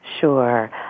Sure